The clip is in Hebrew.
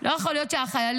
לא יכול להיות שהחיילים,